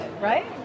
right